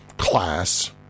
class